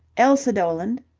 elsa doland?